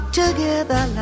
together